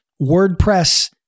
WordPress